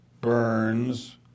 Burns